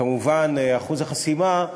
וכמובן אחוז החסימה,